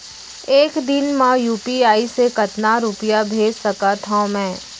एक दिन म यू.पी.आई से कतना रुपिया भेज सकत हो मैं?